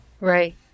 Right